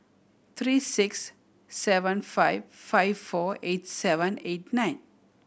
three six seven five five four eight seven eight nine